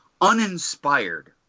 uninspired